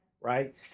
right